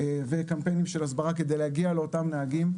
וקמפיינים של הסברה כדי להגיע לאותם נהגים,